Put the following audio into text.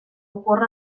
ocorre